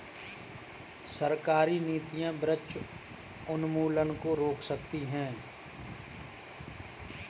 सरकारी नीतियां वृक्ष उन्मूलन को रोक सकती है